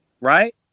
right